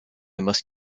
must